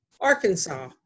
Arkansas